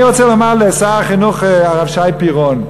אני רוצה לומר לשר החינוך הרב שי פירון,